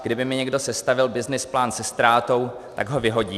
Kdyby mi někdo sestavil byznys plán se ztrátou, tak ho vyhodím.